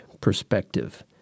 perspective